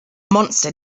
monster